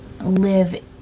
live